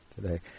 today